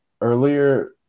earlier